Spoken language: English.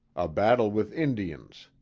a battle with indians.